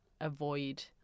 avoid